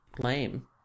lame